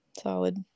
Solid